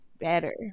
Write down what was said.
better